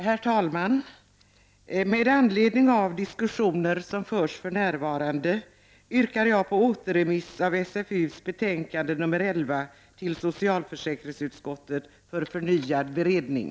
Herr talman! Med anledning av de diskussioner som för närvarande förs yrkar jag på återremiss av socialförsäkringsutskottets betänkande nr 11 för förnyad beredning.